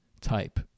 type